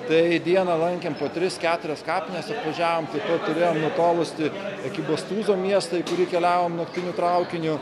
tai į dieną lankėm po tris keturias kapines apvažiavom taip pat turėjom nutolusį ekibastuzo miestą į kurį keliavom naktiniu traukiniu